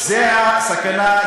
זו הסכנה,